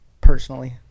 Personally